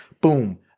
Boom